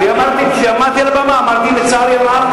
אמרתי כשעמדתי על הבמה: לצערי הרב,